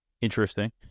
interesting